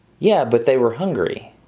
yeah but they were hungry.